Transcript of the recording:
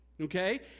okay